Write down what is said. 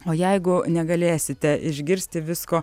o jeigu negalėsite išgirsti visko